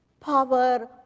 Power